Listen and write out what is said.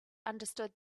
understood